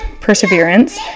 perseverance